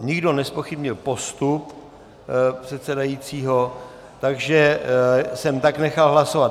Nikdo nezpochybnil postup předsedajícího, takže jsem tak nechal hlasovat.